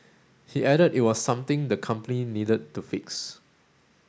he added it was something the company needed to fix